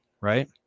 right